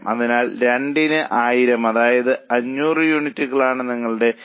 അതിനാൽ 2ന് 1000 അതായത് 500 യൂണിറ്റുകളാണ് നിങ്ങളുടെ ബി ഇ പി